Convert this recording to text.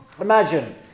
imagine